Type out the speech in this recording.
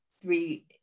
three